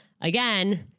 again